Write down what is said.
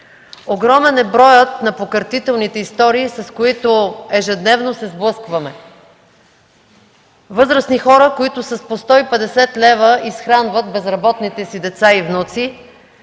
Огромен е броят на покъртителните истории, с които ежедневно се сблъскваме – възрастни хора, които със 150 лв. изхранват безработните си деца и внуци,